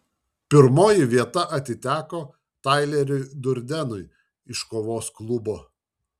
pirmoji vieta atiteko taileriui durdenui iš kovos klubo